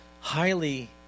highly